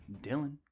Dylan